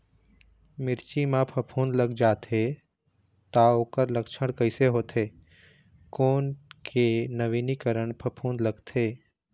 मिर्ची मा फफूंद लग जाथे ता ओकर लक्षण कैसे होथे, कोन के नवीनीकरण फफूंद लगथे?